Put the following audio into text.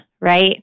right